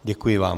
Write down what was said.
Děkuji vám.